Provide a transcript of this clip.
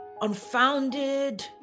unfounded